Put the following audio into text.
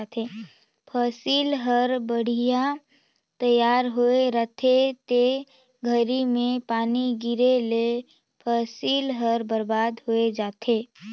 फसिल हर बड़िहा तइयार होए रहथे ते घरी में पानी गिरे ले फसिल हर बरबाद होय जाथे